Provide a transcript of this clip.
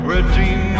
Redeem